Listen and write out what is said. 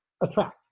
attract